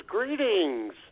Greetings